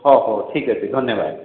ହଁ ହଉ ଠିକ୍ ଅଛି ଧନ୍ୟବାଦ